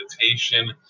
meditation